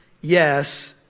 yes